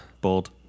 Bold